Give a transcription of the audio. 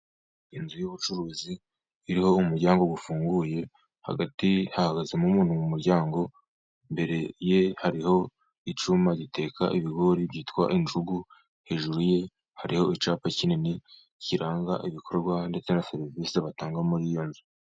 Inzu y'ubucuruzi iriho umuryango ufunguye, hagati hahagazemo umuntu mu muryango, imbere ye hariho icyuma giteka ibigori byitwa injugu, hejuru ye hariho icyapa kinini kiranga ibikorwa ndetse na serivisi batanga muri iyo nzu.